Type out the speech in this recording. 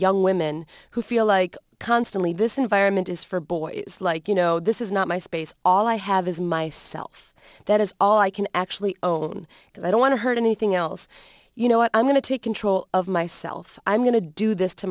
young women who feel like constantly this environment is for boys like you know this is not my space all i have is myself that is all i can actually own because i don't want to hurt anything else you know what i'm going to take control of myself i'm going to do this to